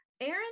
aaron